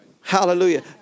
Hallelujah